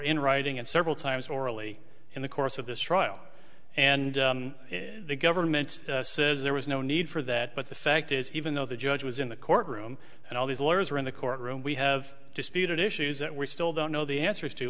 in writing and several times orally in the course of this trial and the government says there was no need for that but the fact is even though the judge was in the courtroom and all these lawyers are in the courtroom we have disputed issues that we still don't know the answers to